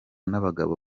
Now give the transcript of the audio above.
n’abagabo